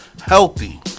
healthy